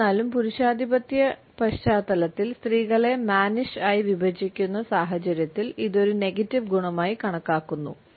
എന്നിരുന്നാലും പുരുഷാധിപത്യ പശ്ചാത്തലത്തിൽ സ്ത്രീകളെ മാനിഷ് ആയി വിഭജിക്കുന്ന സാഹചര്യത്തിൽ ഇത് ഒരു നെഗറ്റീവ് ഗുണമായി കണക്കാക്കുന്നു